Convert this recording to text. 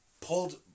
pulled